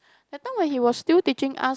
that time when he was still teaching us